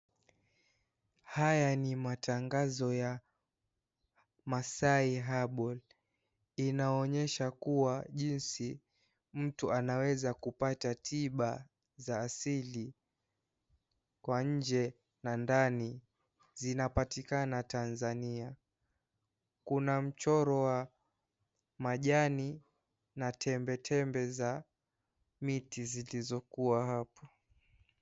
Haya ni matangazo ya maasai herbal . Inaonyesha kubwa jinsi, mtu anawezakupata tiba za asili kwa nje na ndani. Zinapatikana Tanzania. Kuna mchoro wa majani na tembetembe za miti zilizokua hapo.